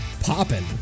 popping